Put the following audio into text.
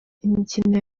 imikino